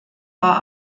war